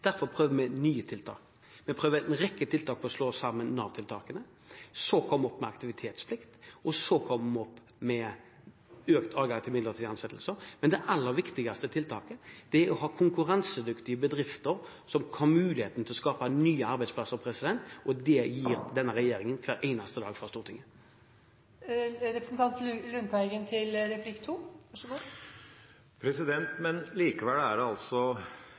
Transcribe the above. Derfor prøver vi nye tiltak. Vi prøver en rekke tiltak for å slå sammen Nav-tiltakene, så kom vi opp med aktivitetsplikt, og så kom vi opp med økt adgang til midlertidige ansettelser. Men det aller viktigste tiltaket er å ha konkurransedyktige bedrifter som har muligheten til å skape nye arbeidsplasser, og det gir denne regjeringen hver eneste dag fra Stortinget. Likevel er situasjonen i Norge den at mange flere har vært borte i midlertidige ansettelser enn det